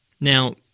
Now